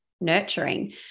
nurturing